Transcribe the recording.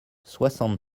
soixante